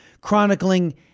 chronicling